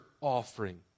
offering